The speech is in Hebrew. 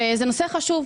זה נושא חשוב,